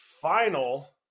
final